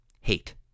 hate